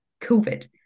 COVID